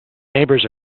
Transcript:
neighbors